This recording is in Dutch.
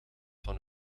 van